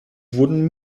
wurden